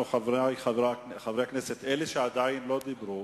חברי חברי הכנסת, לאלה שעדיין לא דיברו